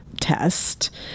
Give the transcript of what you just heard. test